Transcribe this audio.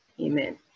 Amen